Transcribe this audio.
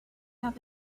have